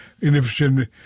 inefficient